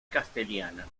castellana